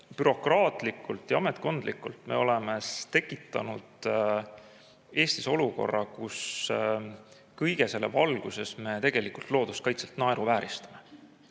bürokraatlikult ja ametkondlikult me oleme tekitanud Eestis olukorra, kus kõige selle valguses me tegelikult looduskaitset naeruvääristame.